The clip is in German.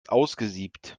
ausgesiebt